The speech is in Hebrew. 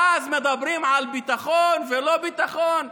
ואז מדברים על ביטחון ולא ביטחון.